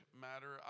matter